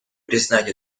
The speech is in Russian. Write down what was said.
признать